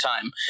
time